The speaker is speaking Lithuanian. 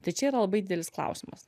tai čia yra labai didelis klausimas